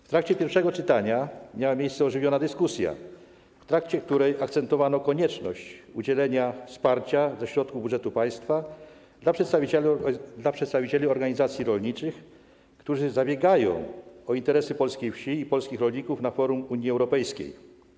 W trakcie pierwszego czytania miała miejsce ożywiona dyskusja, w trakcie której akcentowano konieczność udzielenia wsparcia ze środków budżetu państwa przedstawicielom organizacji rolniczych, którzy zabiegają o interesy polskiej wsi i polskich rolników na forum Unii Europejskiej.